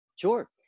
Sure